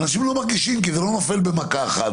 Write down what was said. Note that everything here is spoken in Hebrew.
אנשים לא מרגישים, כי זה לא נופל במכה אחת.